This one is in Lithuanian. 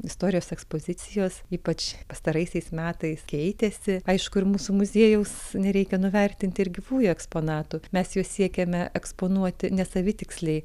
istorijos ekspozicijos ypač pastaraisiais metais keitėsi aišku ir mūsų muziejaus nereikia nuvertinti ir gyvųjų eksponatų mes juos siekiame eksponuoti ne savitiksliai